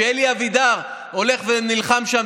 כשאלי אבידר הולך ונלחם שם,